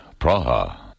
Praha